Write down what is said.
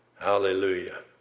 Hallelujah